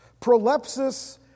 Prolepsis